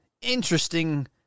interesting